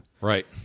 Right